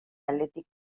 athletic